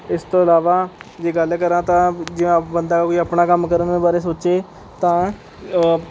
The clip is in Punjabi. ਇਸ ਤੋਂ ਇਲਾਵਾ ਜੇ ਗੱਲ ਕਰਾਂ ਤਾਂ ਜੇ ਬੰਦਾ ਕੋਈ ਆਪਣਾ ਕੰਮ ਕਰਨ ਬਾਰੇ ਸੋਚੇ ਤਾਂ